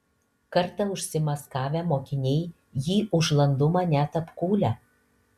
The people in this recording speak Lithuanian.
kartą užsimaskavę mokiniai jį už landumą net apkūlę